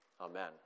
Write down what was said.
Amen